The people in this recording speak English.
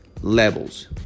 levels